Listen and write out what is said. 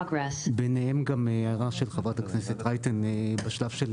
ביניהם גם ההערה של חברת הכנסת רייטן מחשש של